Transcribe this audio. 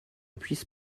puisse